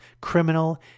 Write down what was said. criminal